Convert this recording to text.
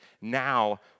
Now